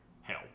hell